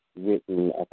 written